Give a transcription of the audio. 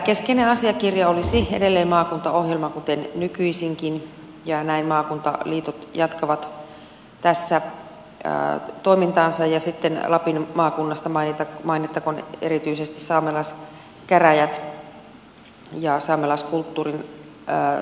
keskeinen asiakirja olisi edelleen maakuntaohjelma kuten nykyisinkin ja näin maakuntaliitot jatkavat tässä toimintaansa ja lapin maakunnasta mainittakoon erityisesti saamelaiskäräjät ja saamelaiskulttuurin alue